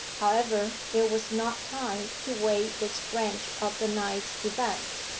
however, there was not time to weigh this branch of the night's events.